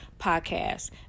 podcast